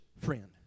friend